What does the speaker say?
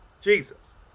Jesus